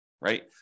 right